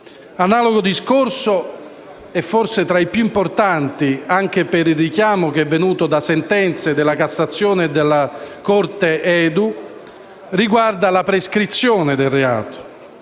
Analogo discorso - e forse tra i più importanti, anche per il richiamo che è venuto da sentenze della Cassazione e della Corte EDU - riguarda la prescrizione del reato,